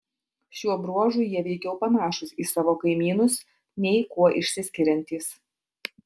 šiuo bruožu jie veikiau panašūs į savo kaimynus nei kuo išsiskiriantys